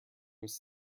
was